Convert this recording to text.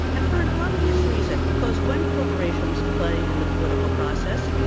and for an obvious reason. because when corporations play in the political process.